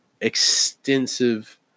extensive